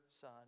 son